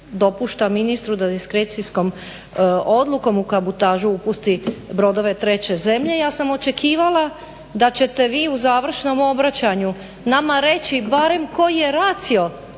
dopušta ministru da diskrecijskom odlukom u kabotažu upusti brodove treće zemlje. Ja sam očekivala da ćete vi u završnom obraćanju nama reći barem reći koji je ratio